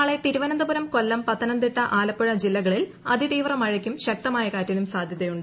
നാളെ തിരുവനന്തപുരം കൊല്ലം പത്തനംതിട്ട ആലപ്പുഴ ജില്ലകളിൽ അതിതീവ്ര മഴയ്ക്കും ശക്തമായ കാറ്റിനും സാധൃതയുണ്ട്